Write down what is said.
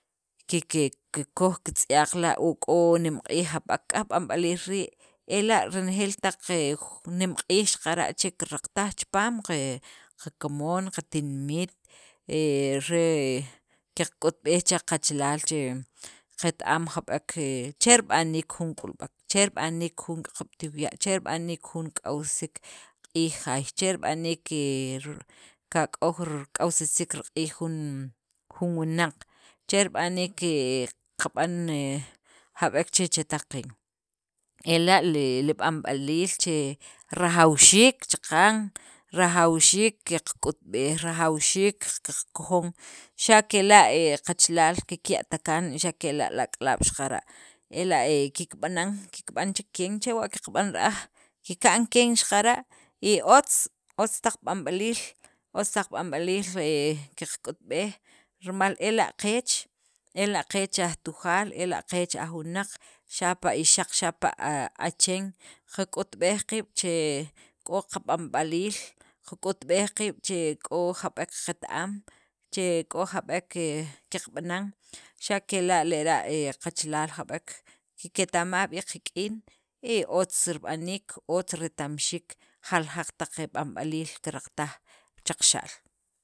Kikoj katz'yaq la' o k'o nemq'iij jab'ek, nik'yaj b'anb'aliil rii' e la' renejeel taq hehe nemq'iij che keraqtaj chipaam qakamoon qatinimit he re qak'utb'ej che qachalaal che qet- am jab'ek che rib'aniik jun k'ulb'ek, che rib'aniik jun k'iyoqb' tijiiw ya', che rib'aniik jun k'awsisiik riq'iij jaay, che rib'aniik hehe kak'aw raq'awsasiik riq'iij jun, jun wunaq, che rib'aniik qab'an jab'ek che chetaq qeen, ela' li b'anb'aliil che rajawxiik chaqan, rajwxiik qak'utb'ej, rajawxiik qakojon, xa kela' he qachalaal kikya't kaan, xa kela' li ak'alaab' xaqara' e la' kikb'anan, kikb'an chek keen, chewa' qaqb'an ra'aj, kikka'n keen xaqara' y otz, otz taq b'anb'aliil otz taq b'anb'aliil hehe qaqk'utb'ej rimal ela' qeech, ela' qeech aj tujaal, ela' qeech aj wunaq, xapa' ixaq xapa' achen, qak'utb'ej qiib' che k'o qab'anb'aliil, qak'utb'ej qiib' che k'o jab'ek qet- am, che k'o jab'ek hehe qaqb'anan xa' kela' lera' qachalaal jab'ek keta'maj b'iik qak'in y otz rib'aniik, otz reta'mxiik jaljaq taq b'anb'aliil keraqtaj cha qaxa'l.